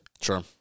Sure